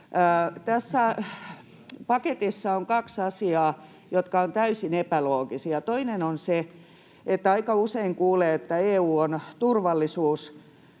Tässä paketissa on kaksi asiaa, jotka ovat täysin epäloogisia. Toinen on se, että aika usein kuulee, että EU tuo meille